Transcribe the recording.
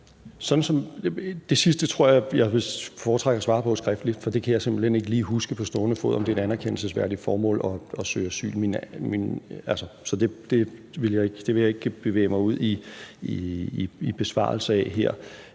jeg at jeg vil foretrække at svare på skriftligt, for jeg kan simpelt hen ikke lige huske på stående fod, om det er et anerkendelsesværdigt formål at søge asyl. Så det vil jeg ikke bevæge mig ud i en besvarelse af her.